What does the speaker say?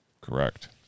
Correct